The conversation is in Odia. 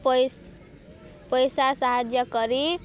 ପଇସ ପଇସା ସାହାଯ୍ୟ କରି